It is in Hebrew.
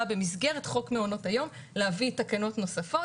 במסגרת חוק מעונות היום להביא תקנות נוספות.